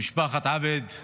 משפחת עבד,